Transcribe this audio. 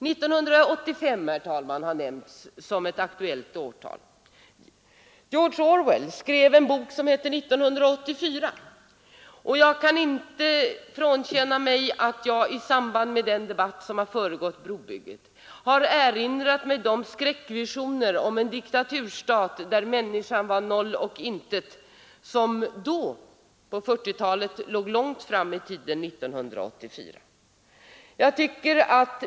1985 har nämnts som ett aktuellt årtal. George Orwell har skrivit en bok som heter ”1984”. I samband med den debatt som förekommit om brobygget har jag erinrat mig hans skräckvisioner av en diktaturstat där människan var av noll och intet värde. 1984 låg när boken skrevs — på 1940-talet — långt fram i tiden.